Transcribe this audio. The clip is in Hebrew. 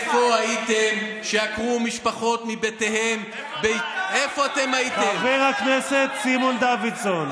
החברים שלכם, חבר הכנסת סימון דוידסון,